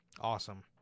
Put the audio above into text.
Awesome